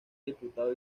diputado